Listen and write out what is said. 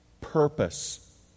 purpose